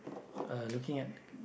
uh looking at